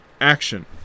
action